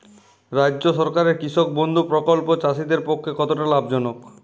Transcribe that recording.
রাজ্য সরকারের কৃষক বন্ধু প্রকল্প চাষীদের পক্ষে কতটা লাভজনক?